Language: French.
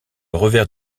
revers